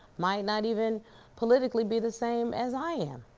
might not even politically be the same as i am,